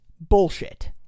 bullshit